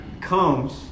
comes